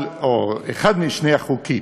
או אחד משני החוקים,